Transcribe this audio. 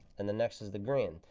and the next is the green.